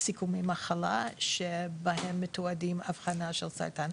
סיכומי המחלה בהם מתוארת האבחנה של הסרטן,